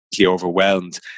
overwhelmed